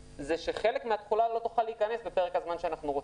חלק מהתחולה לא תוכל להיכנס בפרק הזמן שאנחנו רוצים.